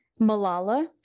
Malala